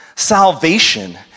Salvation